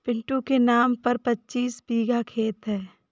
पिंटू के नाम पर पच्चीस बीघा खेत है